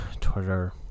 twitter